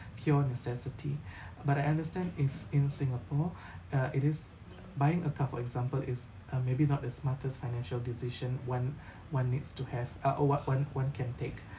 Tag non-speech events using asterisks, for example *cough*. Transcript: pure necessity *breath* but I understand if in singapore *breath* uh it is buying a car for example is uh maybe not the smartest financial decision one *breath* one needs to have uh what one one can take